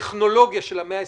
טכנולוגיה של המאה ה-21,